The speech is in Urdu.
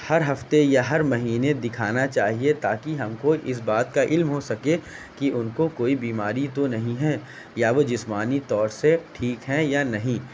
ہر ہفتے یا ہر مہینے دکھانا چاہیے تاکہ ہم کو اس بات کا علم ہو سکے کہ ان کو کوئی بیماری تو نہیں ہے یا وہ جسمانی طور سے ٹھیک ہیں یا نہیں